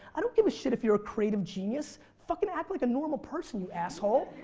i don't give a shit if you're a creative genius. fucking act like a normal person you asshole.